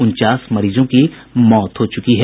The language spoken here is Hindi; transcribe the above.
उनचास मरीजों की मौत हो चुकी है